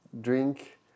drink